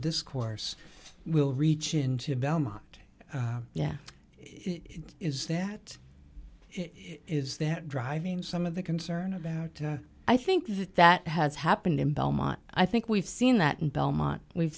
discourse will reach into belmont yeah is that is that driving some of the concern about i think that that has happened in belmont i think we've seen that in belmont we've